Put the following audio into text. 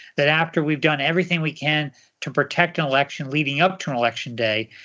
that after we've done everything we can to protect an election leading up to an election day,